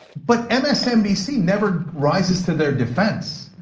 but msnbc never rises to their defense.